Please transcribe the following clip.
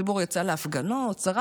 הציבור יצא להפגנות, שרף.